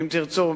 אם תרצו,